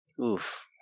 Oof